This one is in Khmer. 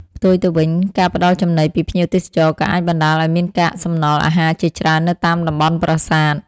ផ្ទុយទៅវិញ ការផ្តល់ចំណីពីភ្ញៀវទេសចរ ក៏អាចបណ្ដាលឱ្យមានកាកសំណល់អាហារជាច្រើននៅតាមតំបន់ប្រាសាទ។